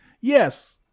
Yes